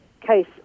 case